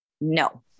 No